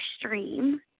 extreme